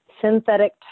Synthetic